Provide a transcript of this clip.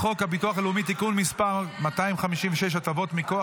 הביטוח הלאומי (תיקון מס' 256) (הטבות מכוח